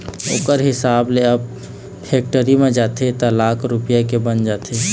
ओखर हिसाब ले अब फेक्टरी म जाथे त लाख रूपया के बन जाथे